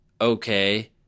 okay